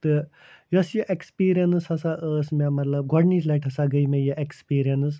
تہٕ یۄس یہِ ایٚکٕسپیٖریَنٕس ہسا ٲسۍ مےٚ مطلب گۄڈٕنِچۍ لَٹہِ ہسا گٔے مےٚ یہِ ایٚکٕسپیٖریَنٕس